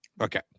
Okay